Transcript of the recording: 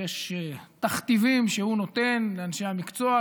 יש תכתיבים שהוא נותן לאנשי המקצוע,